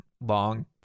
long